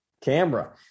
camera